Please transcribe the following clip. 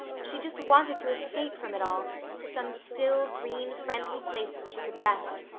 she just wanted to escape from it all to some still, green, friendly place where she could rest.